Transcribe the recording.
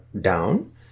down